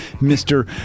Mr